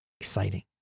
exciting